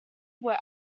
were